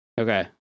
Okay